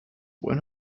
were